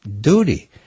duty